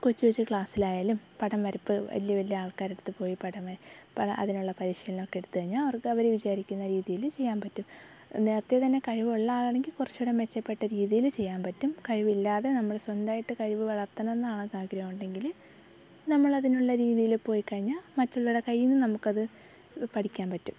കൊച്ചു കൊച്ചു ക്ലാസിലായാലും പടം വരപ്പ് വലിയ വലിയ ആൾക്കാരടുത്ത് പോയി പടം വര അതിനുള്ള പരിശീലനമൊക്കെ എടുത്തു കഴിഞ്ഞാൽ അവർക്ക് അവർ വിചാരിക്കുന്ന രീതിയിൽ ചെയ്യാൻ പറ്റും നേരത്തെ തന്നെ കഴിവുള്ള ആളാണെങ്കിൽ കുറച്ചും കൂടെ മെച്ചപ്പെട്ട രീതിയിൽ ചെയ്യാൻ പറ്റും കഴിവില്ലാതെ നമ്മൾ സ്വന്തമായിട്ട് കഴിവ് വളർത്തണം എന്നാണ് ആഗ്രഹം ഉണ്ടെങ്കിൽ നമ്മളതിനുള്ള രീതിയിൽ പോയി കഴിഞ്ഞാൽ മറ്റുള്ളവരുടെ കയ്യീന്ന് നമുക്കത് പഠിക്കാൻ പറ്റും